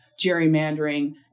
gerrymandering